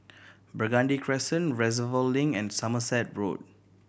Burgundy Crescent Reservoir Link and Somerset Road